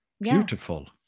Beautiful